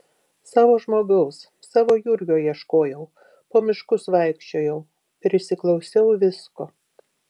savo žmogaus savo jurgio ieškojau po miškus vaikščiojau prisiklausiau visko